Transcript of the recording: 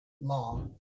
law